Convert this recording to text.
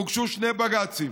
הוגשו שני בג"צים,